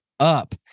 up